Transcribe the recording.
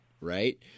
right